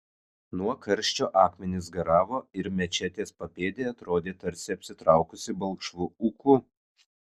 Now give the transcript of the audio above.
nuo karščio akmenys garavo ir mečetės papėdė atrodė tarsi apsitraukusi balkšvu ūku